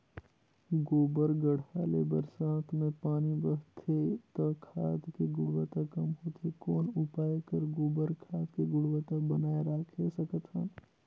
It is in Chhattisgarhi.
गोबर गढ्ढा ले बरसात मे पानी बहथे त खाद के गुणवत्ता कम होथे कौन उपाय कर गोबर खाद के गुणवत्ता बनाय राखे सकत हन?